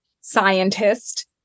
scientist